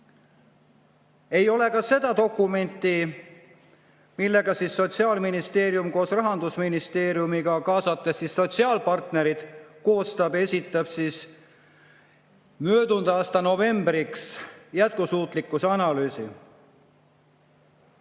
Ei ole ka seda dokumenti, mille alusel Sotsiaalministeerium koos Rahandusministeeriumiga, kaasates sotsiaalpartnerid, koostab ja esitab möödunud aasta novembriks jätkusuutlikkuse analüüsi.